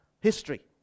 history